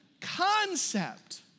concept